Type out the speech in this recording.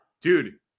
Dude